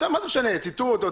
הודעה,